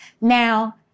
Now